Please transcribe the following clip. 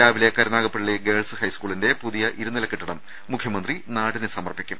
രാവിലെ കരുനാഗപ്പള്ളി ഗേൾസ് ഹൈസ്കൂളിന്റെ പുതിയ ഇരുനില കെട്ടിടം മുഖ്യമന്ത്രി നാടിന് സമർപ്പിക്കും